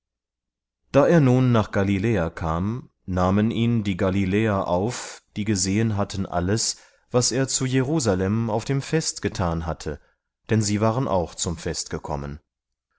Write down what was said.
da er nun nach galiläa kam nahmen ihn die galiläer auf die gesehen hatten alles was er zu jerusalem auf dem fest getan hatte denn sie waren auch zum fest gekommen